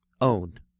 owned